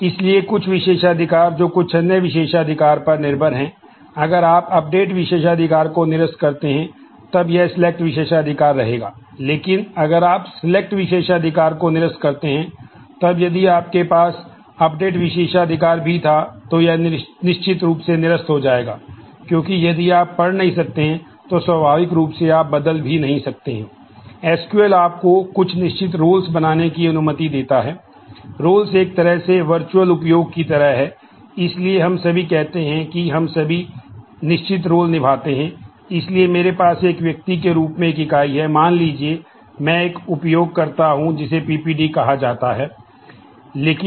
इसलिए कुछ विशेषाधिकार जो कुछ अन्य विशेषाधिकार पर निर्भर है अगर आप अपडेट विशेषाधिकार भी था तो यह निश्चित रूप से निरस्त हो जाएगा क्योंकि यदि आप पढ़ नहीं सकते हैं तो स्वाभाविक रूप से आप बदल भी नहीं सकते